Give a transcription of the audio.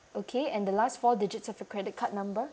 okay and the last four digits of your credit card number